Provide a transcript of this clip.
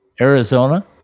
Arizona